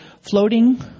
floating